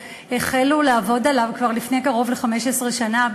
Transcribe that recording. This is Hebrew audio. החלו לעבוד על החוק הזה כבר לפני קרוב ל-15 שנה.